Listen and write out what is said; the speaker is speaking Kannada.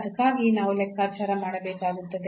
ಅದಕ್ಕಾಗಿ ನಾವು ಲೆಕ್ಕಾಚಾರ ಮಾಡಬೇಕಾಗುತ್ತದೆ